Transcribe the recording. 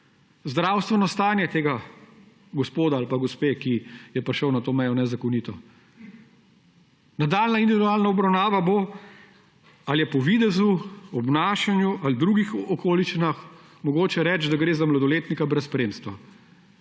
zdravstveno stanje tega gospoda ali gospe, ki je prišel na to mejo nezakonito. Nadaljnja individualna obravnava bo, ali je po videzu, obnašanju ali drugih okoliščinah mogoče reči, da gre za mladoletnika brez spremstva.